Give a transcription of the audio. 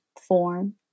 form